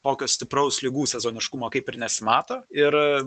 tokio stipraus ligų sezoniškumo kaip ir nesimato ir